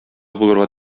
булырга